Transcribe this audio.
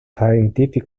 scientific